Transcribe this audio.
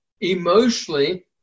emotionally